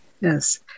Yes